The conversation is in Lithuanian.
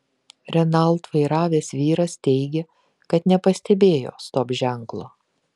renault vairavęs vyras teigė kad nepastebėjo stop ženklo